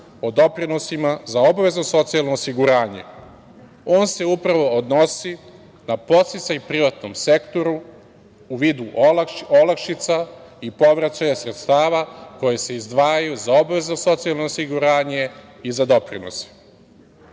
o doprinosima za obavezno socijalno osiguranje. On se upravo odnosi na podsticaj privatnom sektoru u vidu olakšica i povraćaja sredstava koja se izdvajaju za obavezno socijalno osiguranje i za doprinose. Podsećam